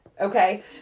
Okay